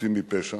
חפים מפשע.